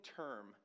term